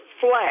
flat